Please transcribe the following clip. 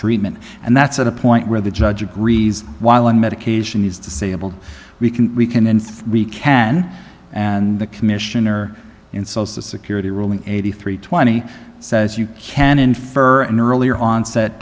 treatment and that's at a point where the judge agrees while on medication he's disabled we can we can and we can and the commissioner insults the security ruling eighty three twenty says you can infer an earlier onset